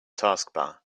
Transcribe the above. taskbar